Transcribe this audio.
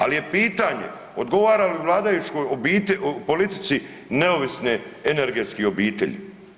Al je pitanje odgovara li vladajućoj politici neovisne energetske obitelji?